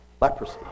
leprosy